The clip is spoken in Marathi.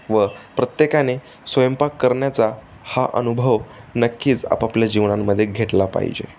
व प्रत्येकाने स्वयंपाक करण्याचा हा अनुभव नक्कीच आपापल्या जीवनामध्ये घेतला पाहिजे